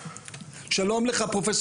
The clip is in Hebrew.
שלום לך פרופ'